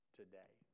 today